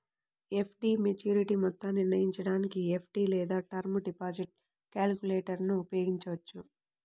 FD maturity మొత్తాన్ని నిర్ణయించడానికి FD లేదా టర్మ్ డిపాజిట్ క్యాలిక్యులేటర్ను ఉపయోగించవచ్చు